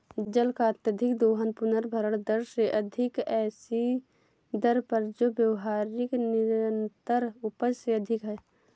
जल का अत्यधिक दोहन पुनर्भरण दर से अधिक ऐसी दर पर जो व्यावहारिक निरंतर उपज से अधिक है